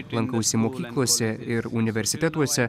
lankausi mokyklose ir universitetuose